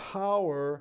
power